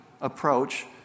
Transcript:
approach